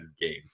games